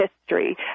history